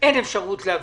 שאין אפשרות להביא,